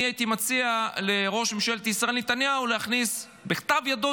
אני הייתי מציע לראש ממשלת ישראל נתניהו להכניס בכתב ידו